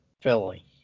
Philly